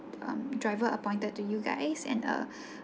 um driver appointed to you guys and a